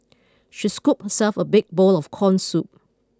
she scooped herself a big bowl of corn soup